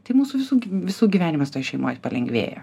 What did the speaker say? tai mūsų visų visų gyvenimas toj šeimoj palengvėja